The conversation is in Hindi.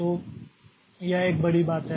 तो यह एक बड़ी बात है